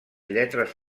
lletres